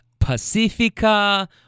Pacifica